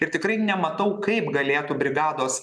ir tikrai nematau kaip galėtų brigados